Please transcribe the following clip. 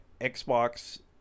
Xbox